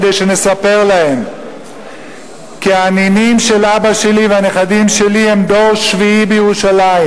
כדי שאספר להם כי הנינים של אבא שלי והנכדים שלי הם דור שביעי בירושלים.